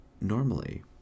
normally